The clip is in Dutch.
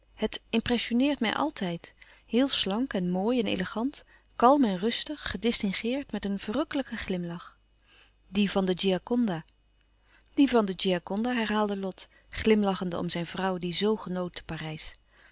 impressioneert mij altijd heel slank en mooi en elegant kalm en rustig gedistingeerd met een verrukkelijken glimlach die van de gioconda die van de gioconda herhaalde lot glimlachende om zijn vrouw die zoo genoot te parijs